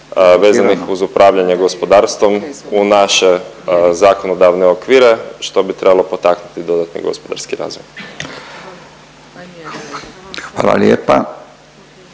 vezanih uz upravljanje gospodarstvom u naše zakonodavne okvire što bi trebalo potaknuti dodatni gospodarski razvoj. **Radin,